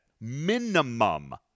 Minimum